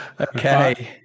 okay